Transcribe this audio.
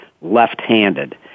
left-handed